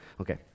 okay